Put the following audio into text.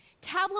Tableau